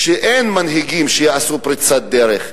אין מנהיגים שיעשו פריצת דרך,